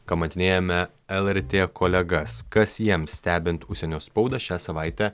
kamantinėjame lrt kolegas kas jiems stebint užsienio spaudą šią savaitę